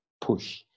push